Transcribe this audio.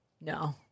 No